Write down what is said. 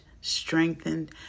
strengthened